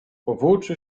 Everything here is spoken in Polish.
powłóczy